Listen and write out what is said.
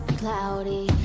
cloudy